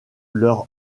leur